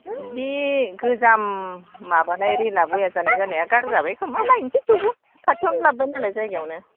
बे गोजाम माबानाय रिलआ बया जानाय जानाया गारजाबायखोमा नायनोसै थेवबो खाथियावनो लाबबाय नालाय जायगायावनो